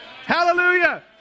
hallelujah